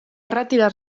retirar